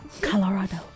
Colorado